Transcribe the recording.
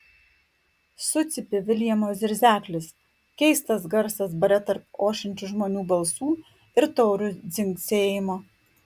sucypė viljamo zirzeklis keistas garsas bare tarp ošiančių žmonių balsų ir taurių dzingsėjimo